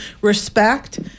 respect